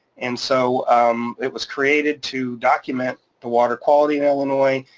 and so it was created to document the water quality in illinois.